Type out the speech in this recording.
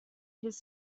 his